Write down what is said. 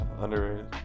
underrated